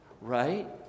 Right